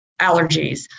allergies